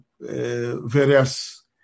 various